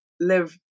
live